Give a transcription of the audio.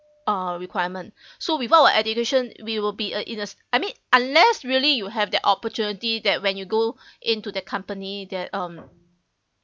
uh requirement so without a education we will be a in a s~ I mean unless really you have the opportunity that when you go into the company that um